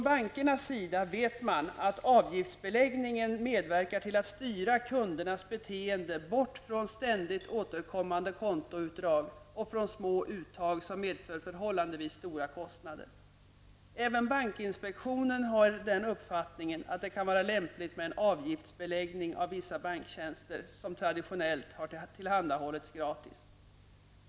Bankerna vet att avgiftsbeläggningen medverkar till att styra kundernas beteende bort från ständigt återkommande kontoutdrag och från små uttag, som medför förhållandevis stora kostnader. Även bankinspektionen har den uppfattningen att det kan vara lämpligt med en avgiftsbeläggning av vissa banktjänster, som traditionellt har tillhandahållits gratis.